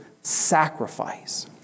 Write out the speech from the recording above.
sacrifice